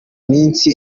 iminsi